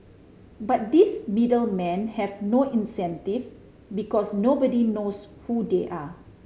but these middle men have no incentive because nobody knows who they are